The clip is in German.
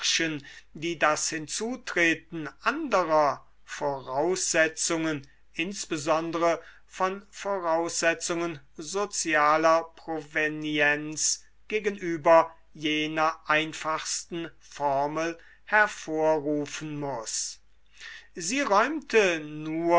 die das hinzutreten anderer voraussetzungen insbesondere von voraussetzungen sozialer provenienz gegenüber jener einfachsten formel hervorrufen mu sie räumte